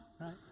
Right